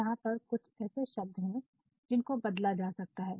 जहां पर कुछ ऐसे शब्द हैं जिन को बदला जा सकता है